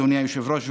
אדוני היושב-ראש,